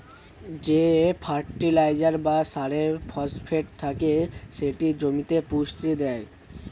যে ফার্টিলাইজার বা সারে ফসফেট থাকে সেটি জমিতে পুষ্টি দেয়